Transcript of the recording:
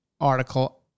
article